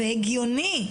והגיוני,